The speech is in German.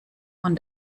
von